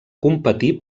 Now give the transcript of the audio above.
competir